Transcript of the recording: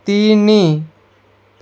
ତିନି